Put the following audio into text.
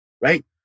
right